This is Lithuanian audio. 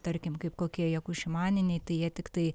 tarkim kaip kokie jakušimaniniai tai jie tiktai